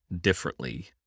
differently